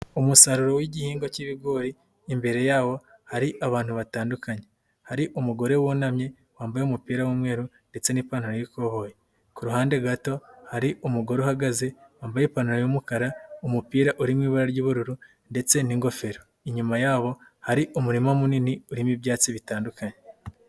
Umusaruro w'igihingwa cy'ibigori, imbere yawo hari abantu batandukanye, hari umugore wunamye wambaye umupira w'umweru ndetse n'ipantaro y'ikobyi, ku ruhande gato hari umugore uhagaze wambaye ipantaro y'umukara, umupira uri mu ibara ry'ubururu ndetse n'ingofero, inyuma yabo hari umurima munini urimo ibyatsi bitandukanye.